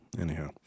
anyhow